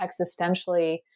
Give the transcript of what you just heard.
existentially